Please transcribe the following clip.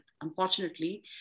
unfortunately